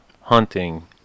hunting